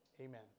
Amen